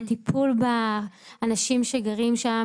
הטיפול באנשים שגרים שם,